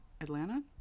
atlanta